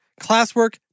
classwork